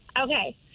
Okay